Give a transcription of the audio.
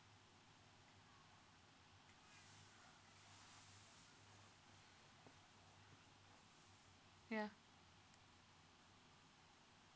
ya